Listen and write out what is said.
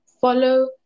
follow